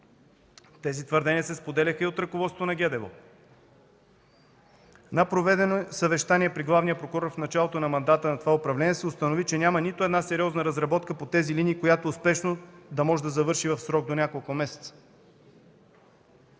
Тези твърдения се споделяха и от ръководството на ГДБОП. На проведени съвещания при главния прокурор в началото на мандата на това управление се установи, че няма нито една сериозна разработка по тези линии, която успешно да може да завърши в срок до няколко месеца.